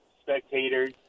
spectators